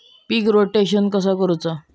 पीक rotation कसा करूचा?